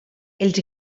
els